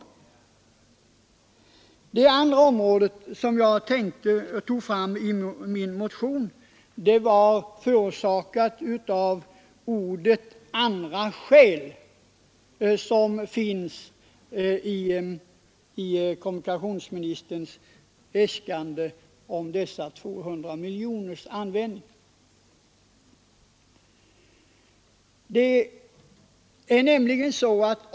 Att jag i min motion har tagit upp det andra området är förorsakat av uttrycket ”andra skäl”, som används i samband med förslaget om dessa 200 miljoner kronor i kommunikationsministerns äskande.